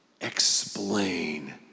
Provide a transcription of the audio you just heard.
explain